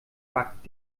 backt